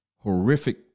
Horrific